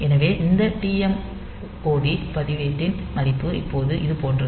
எனவே இந்த TMOD பதிவேட்டின் மதிப்பு இப்போது இது போன்றது